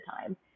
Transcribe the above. time